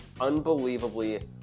unbelievably